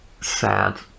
sad